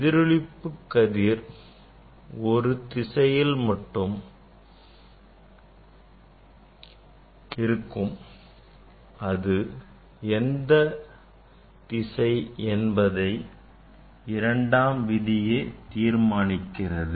எதிரொளிப்பு கதிர் ஒரு திசையில் மட்டுமே இருக்கும் அது எந்த திசை எனபதை இரண்டாம் விதியே தீர்மானிக்கிறது